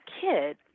kid